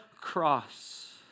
cross